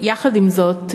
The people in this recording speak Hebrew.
עם זאת,